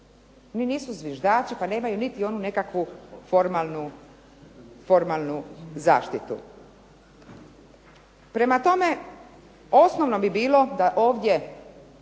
Oni nisu zviždači pa nemaju niti onu nekakvu formalnu zaštitu. Prema tome, osnovno bi bilo da ovdje